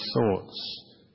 thoughts